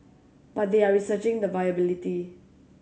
but they are researching the viability